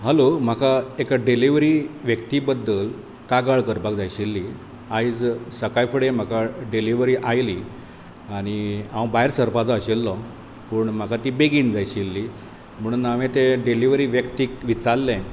hello म्हाका एका delivery व्यक्ती बद्दल कागाळ करपाक जाय आशिल्ली आयज सकाळीं फुडें म्हाका डिलीवरी आयली आनी हांव भायर सरपाचो आशिल्लों पूण म्हाका ती बेगीन जाय आशिल्ली म्हणून हांवें ते डिलीवरी व्यक्तीक विचारलें